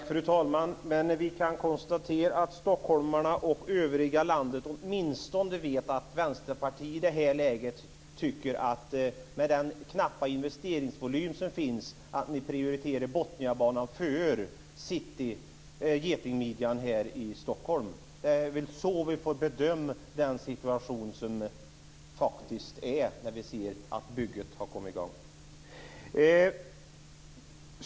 Fru talman! Vi kan konstatera att stockholmarna och människorna i övriga landet åtminstone vet att Vänsterpartiet i det här läget, med den knappa investeringsvolym som finns prioriterar Botniabanan före getingmidjan här i Stockholm. Det är väl så vi får bedöma situationen när vi ser att byggandet av den har kommit i gång.